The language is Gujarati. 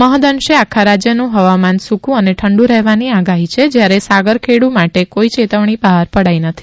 મહદઅંશે આખા રાજ્યનું હવામાન સૂકું અને ઠંડુ રહેવાની આગાહી છે જ્યારે સાગરખેડુ માટે કોઈ ચેતવણી બહાર પડાઈ નથી